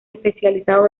especializado